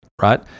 Right